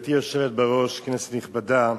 גברתי היושבת בראש, כנסת נכבדה,